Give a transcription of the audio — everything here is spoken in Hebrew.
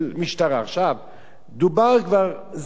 דובר כבר זמן רב